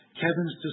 kevin's